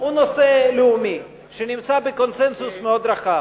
הוא נושא לאומי שנמצא בקונסנזוס מאוד רחב.